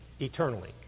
Eternally